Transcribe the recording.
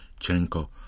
Chenko